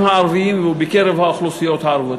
הערביים ובקרב האוכלוסיות הערביות,